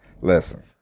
Listen